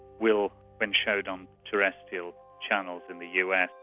will, when showed on terrestrial channels in the us,